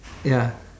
ya